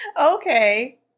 Okay